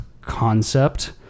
concept